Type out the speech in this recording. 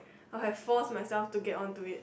I'll have force myself to get on to it